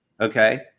okay